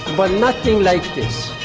but nothing like this.